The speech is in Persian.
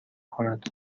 کند